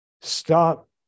stop